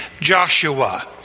Joshua